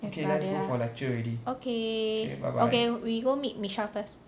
okay okay we go meet michelle first